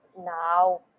now